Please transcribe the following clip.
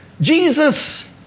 Jesus